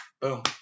Boom